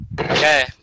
Okay